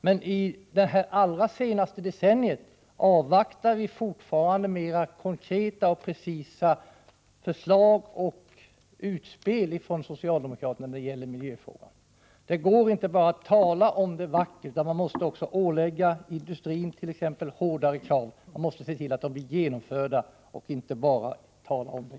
Men under det allra senaste decenniet väntar vi fortfarande på konkreta och precisa förslag och utspel från socialdemokraterna när det gäller miljöfrågorna. Det går inte att bara tala vackert. Man måste ålägga industrin hårdare krav och se till att de blir tillgodosedda. Det räcker inte med att bara tala om det.